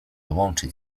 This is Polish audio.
łączyć